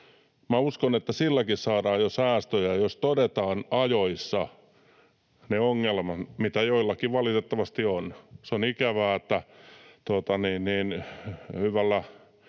uskon, että silläkin saadaan jo säästöjä, jos todetaan ajoissa ne ongelmat, mitä joillakin valitettavasti on. Se on ikävää, että hyvälle